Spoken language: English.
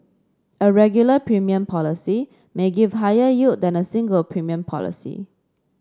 a regular premium policy may give higher yield than a single premium policy